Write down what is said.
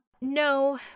No